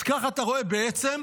אז כך אתה רואה בעצם,